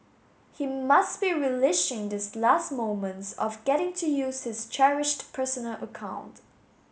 he must be relishing these last moments of getting to use his cherished personal account